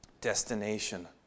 destination